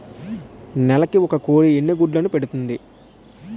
నెలకి ఒక కోడి ఎన్ని గుడ్లను పెడుతుంది?